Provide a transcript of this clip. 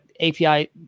API